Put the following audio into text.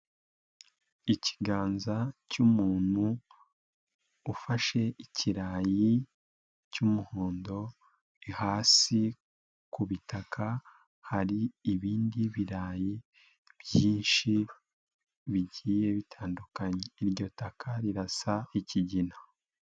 Ikiganza cy'umuntu ufashe ikirayi cy'umuhondo, hasi ku butaka hari ibindi birarayi byinshi bigiye bitandukanye. Iryo taka rirasa ikigina.